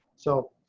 so